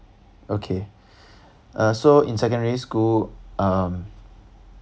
okay uh so in secondary school um